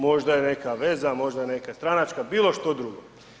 Možda je neka veza, možda je neka stranačka, bilo što drugo.